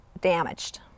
damaged